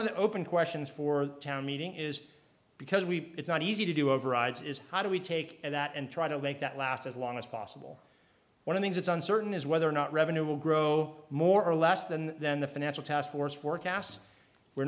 of the open questions for the town meeting is because we it's not easy to do overrides is how do we take that and try to make that last as long as possible one of things it's uncertain is whether or not revenue will grow more or less than then the financial task force forecasts we